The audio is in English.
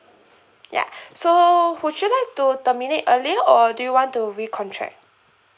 ya so would you like to terminate earlier or do you want to recontract